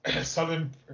Southern